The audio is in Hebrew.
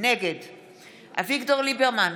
נגד אביגדור ליברמן,